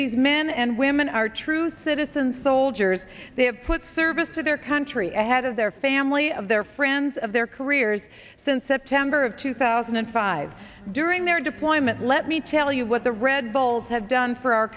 these men and women are true citizen soldiers they have put service to their country ahead of their family of their friends of their careers since september of two thousand and five during their deployment let me tell you what the red bulls have done for our